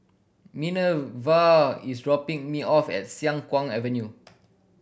Minerva is dropping me off at Siang Kuang Avenue